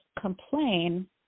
complain